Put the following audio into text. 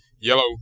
yellow